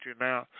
now